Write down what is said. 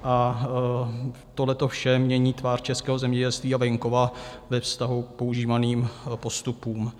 A tohleto vše mění tvář českého zemědělství a venkova ve vztahu k používaným postupům.